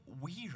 weird